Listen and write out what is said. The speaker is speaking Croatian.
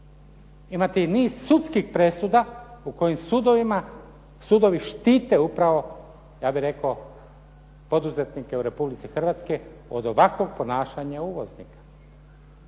Imate i niz sudskih presuda u kojim sudovi štite upravo ja bih rekao poduzetnike u Republici Hrvatskoj od ovakvog ponašanja uvoznika.